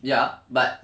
ya but